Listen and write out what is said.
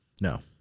No